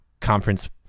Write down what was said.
conference